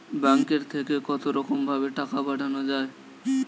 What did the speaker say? ব্যাঙ্কের থেকে কতরকম ভাবে টাকা পাঠানো য়ায়?